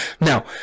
Now